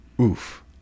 Oof